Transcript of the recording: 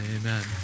Amen